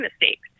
mistakes